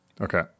Okay